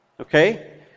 okay